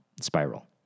spiral